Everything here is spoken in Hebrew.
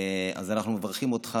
אז אנחנו מברכים אותך,